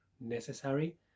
necessary